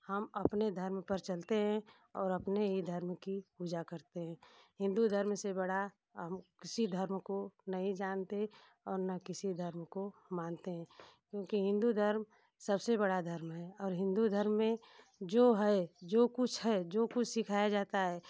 हम अपने धर्म पर चलते हैं और अपने ही धर्म की पूजा करते हैं हिंदू धर्म से बड़ा हम किसी भी धर्म को नहीं जानते हैं और ना किसी धर्म को मानते हैं क्योकि हिंदू धर्म सबसे बड़ा धर्म है और हिंदू धर्म में जो कुछ है जो कुछ सिखाया जाता है